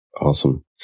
Awesome